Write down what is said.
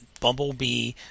Bumblebee